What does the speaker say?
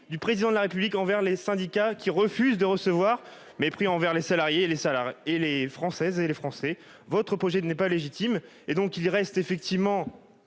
du président de la République envers les syndicats qui refuse de recevoir mépris envers les salariés et les salariés et les Françaises et les Français. Votre projet n'est pas légitime et donc il reste effectivement